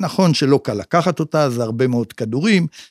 נכון שלא קל לקחת אותה, זה הרבה מאוד כדורים.